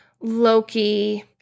Loki